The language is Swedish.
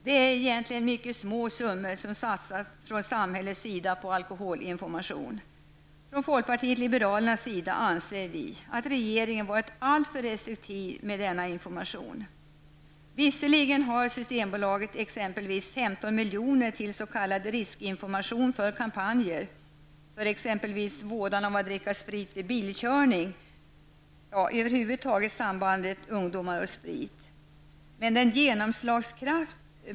Det är egentligen mycket små summor som satsas från samhällets sida på alkoholinformation. Från folkpartiet liberalernas sida anser vi att regeringen varit alltför restriktiv med denna information. Visserligen har Systembolaget ca 15 miljoner till s.k. riskinformation för kampanjer för exempelvis vådan av att dricka sprit vid bilkörning, sambandet ungdomar--sprit osv.